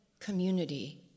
Community